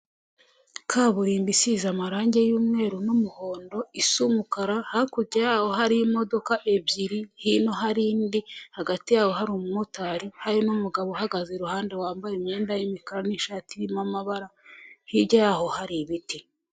Kaburimbo isize amarangi y'umweru n'umuhondo, isa umukara, hakurya yaho hari imodoka ebyiri, hino hari indi, hagati yabo hari umumotari, hari n'umugabo uhagaze iruhande wambaye imyenda y'imikara n'ishati irimo amabara, hirya yaho hari ibiti.